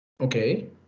Okay